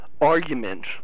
argument